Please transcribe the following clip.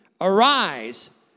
arise